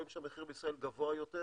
רואים שהמחיר בישראל גבוה יותר,